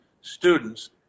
students